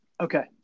Okay